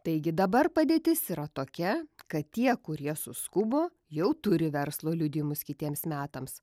taigi dabar padėtis yra tokia kad tie kurie suskubo jau turi verslo liudijimus kitiems metams